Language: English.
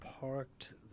Parked